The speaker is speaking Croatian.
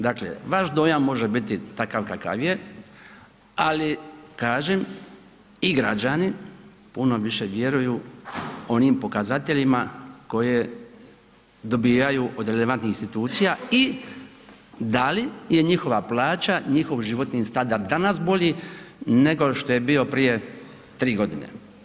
Dakle, vaš dojam može biti takav kakav je ali kažem i građani puno više vjeruju onim pokazateljima koje dobivaju od relevantnih institucija i da li je njihova plaća, njihov standard danas bolji nego što je bio prije 3 godine.